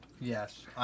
Yes